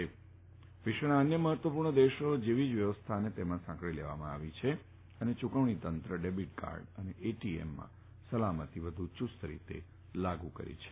તેમાં વિશ્વના અન્ય મહત્વપુર્ણ દેશો જેવી જ વ્યવસ્થાને સાંકળી લેવામાં આવી છે અને યુકવણી તંત્ર ડેબીટ કાર્ડ એટીએમમાં સલામતિ યુસ્ત રીતે લાગુ કરેલી છે